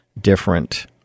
different